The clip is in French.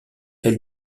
elle